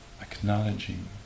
acknowledging